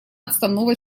отставного